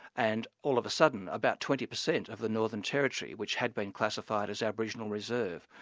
and all of a sudden about twenty percent of the northern territory which had been classified as aboriginal reserve,